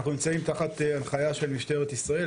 אנחנו נמצאים תחת הנחייה של משטרת ישראל,